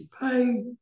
pay